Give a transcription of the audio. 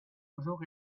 toujours